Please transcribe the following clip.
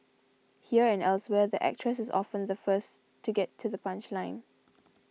here and elsewhere the actress is often the first to get to the punchline